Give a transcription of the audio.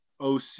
OC